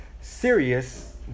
serious